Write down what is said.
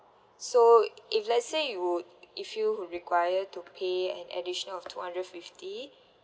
so if let's say you if you require to pay an additional of two hundred fifty